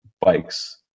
bikes